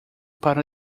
para